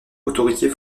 autoroutier